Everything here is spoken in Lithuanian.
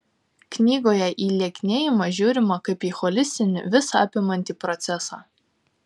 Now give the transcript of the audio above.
knygoje į lieknėjimą žiūrima kaip į holistinį visą apimantį procesą